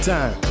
Time